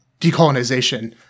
decolonization